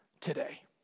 today